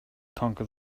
conquer